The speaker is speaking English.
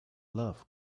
love